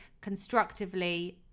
constructively